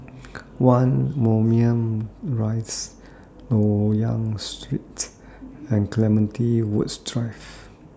one Moulmein Rise Loyang Street and Clementi Woods Drive